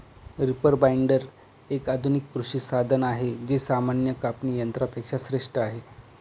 reaper binder, एक आधुनिक कृषी साधन आहे जे सामान्य कापणी यंत्रा पेक्षा श्रेष्ठ आहे